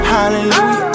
Hallelujah